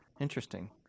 Interesting